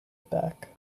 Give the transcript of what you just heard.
back